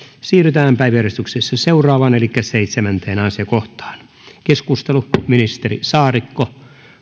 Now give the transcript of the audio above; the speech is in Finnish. siirrytään päiväjärjestyksen seuraavaan seitsemänteen asiakohtaan ministeri saarikko